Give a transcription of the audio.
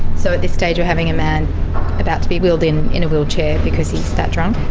so at this stage we're having a man about to be wheeled in, in a wheelchair because he's that drunk?